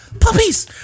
puppies